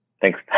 Thanks